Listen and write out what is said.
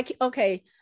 okay